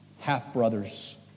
half-brothers